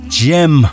gem